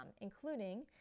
including